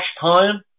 time